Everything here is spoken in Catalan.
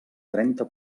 trenta